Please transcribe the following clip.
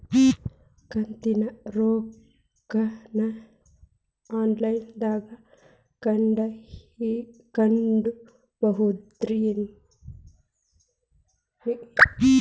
ಕಂತಿನ ರೊಕ್ಕನ ಆನ್ಲೈನ್ ದಾಗ ಕಟ್ಟಬಹುದೇನ್ರಿ?